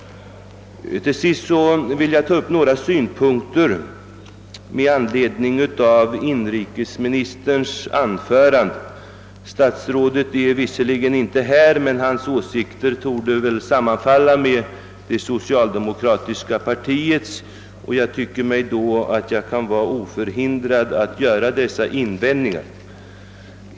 Till sist vill jag ta upp några punkter i inrikesministerns anförande — statsrådet är visserligen inte här, men hans åsikter torde sammanfalla med det socialdemokratiska partiets, och jag tycker därför att jag är oförhindrad att göra dessa invändningar.